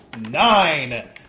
Nine